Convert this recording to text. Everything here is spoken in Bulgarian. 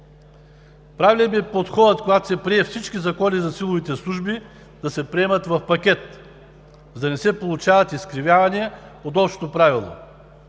Правилен е подходът, когато се прие всички закони за силовите служби да се приемат в пакет, за да не се получават изкривявания от общото правило.